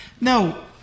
No